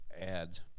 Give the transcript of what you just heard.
ads